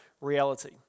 reality